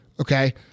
Okay